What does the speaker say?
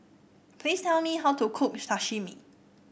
please tell me how to cook Sashimi